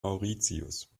mauritius